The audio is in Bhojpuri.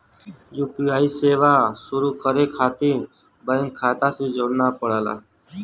यू.पी.आई सेवा शुरू करे खातिर बैंक खाता से जोड़ना पड़ला